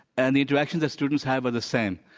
and the direction the students have are the same.